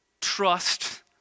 trust